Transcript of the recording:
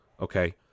okay